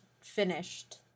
finished